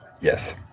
Yes